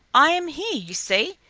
i am here, you see,